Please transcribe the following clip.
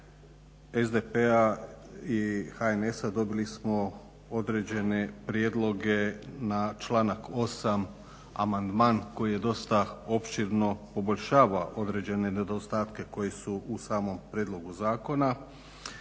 SDP-a i HNS-a dobili smo određene prijedloge na članak 8., amandman koji dosta opširno poboljšava određene nedostatke koji su u samom prijedlogu zakona,